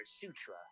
Sutra